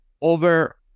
over